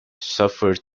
suffered